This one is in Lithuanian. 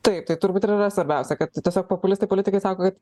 taip tai turbūt ir yra svarbiausia kad tiesiog populistai politikai sako kad